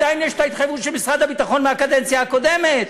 עדיין יש ההתחייבות של משרד הביטחון מהקדנציה הקודמת.